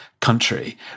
country